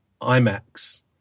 IMAX